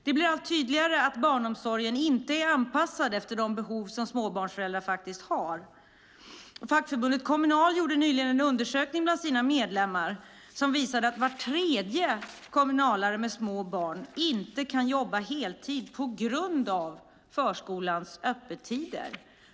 Det blir allt tydligare att barnomsorgen inte är anpassad efter de behov som småbarnsföräldrar faktiskt har. Fackförbundet Kommunal gjorde nyligen en undersökning bland sina medlemmar som visar att var tredje kommunalare med små barn inte kan jobba heltid på grund av förskolans öppettider.